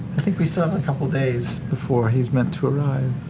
think we still have a couple days before he's meant to arrive.